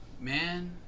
Man